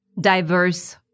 diverse